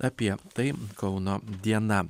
apie tai kauno diena